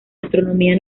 astronomía